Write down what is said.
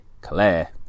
Claire